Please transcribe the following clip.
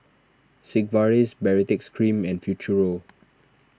Sigvaris Baritex Cream and Futuro